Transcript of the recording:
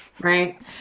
right